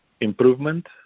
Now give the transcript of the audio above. improvement